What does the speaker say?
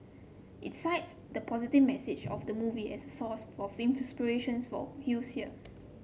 it cites the positive message of the movie as source for inspiration for youths here